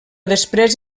després